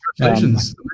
Congratulations